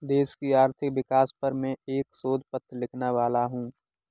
देश की आर्थिक विकास पर मैं एक शोध पत्र लिखने वाला हूँ